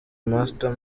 master